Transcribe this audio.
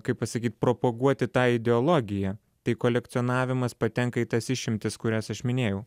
kaip pasakyt propaguoti tą ideologiją tai kolekcionavimas patenka į tas išimtis kurias aš minėjau